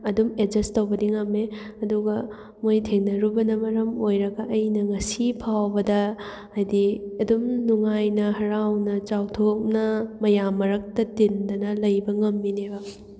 ꯑꯗꯨꯝ ꯑꯦꯠꯖꯁ ꯇꯧꯕꯗꯤ ꯉꯝꯃꯦ ꯑꯗꯨꯒ ꯃꯣꯏ ꯊꯦꯡꯅꯔꯨꯕꯅ ꯃꯔꯝ ꯑꯣꯏꯔꯒ ꯑꯩꯅ ꯉꯁꯤ ꯐꯥꯎꯕꯗ ꯍꯥꯏꯗꯤ ꯑꯗꯨꯝ ꯅꯨꯡꯉꯥꯏꯅ ꯍꯔꯥꯎꯅ ꯆꯥꯎꯊꯣꯛꯅ ꯃꯌꯥꯝ ꯃꯔꯛꯇ ꯇꯤꯟꯗꯅ ꯂꯩꯕ ꯉꯝꯃꯤꯅꯦꯕ